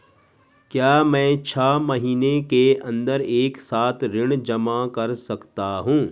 क्या मैं छः महीने के अन्दर एक साथ ऋण जमा कर सकता हूँ?